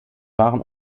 waren